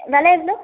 வெலை எவ்வளோ